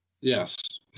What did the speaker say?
yes